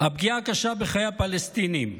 "הפגיעה הקשה בחיי הפלסטינים.